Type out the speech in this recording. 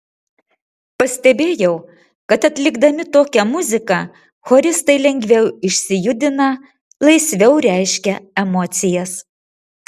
pastebėjau kad atlikdami tokią muziką choristai lengviau išsijudina laisviau reiškia emocijas